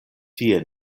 tie